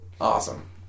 awesome